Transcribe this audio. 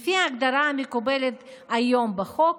לפי ההגדרה המקובלת היום בחוק,